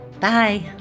Bye